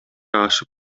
ашып